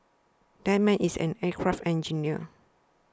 that man is an aircraft engineer